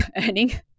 earning